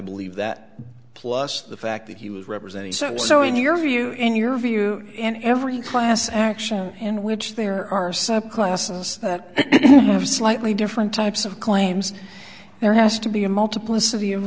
believe that plus the fact that he was representing so in your view in your view and every class action in which there are sub classes that have slightly different types of claims there has to be a multiplicity of